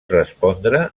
respondre